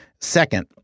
Second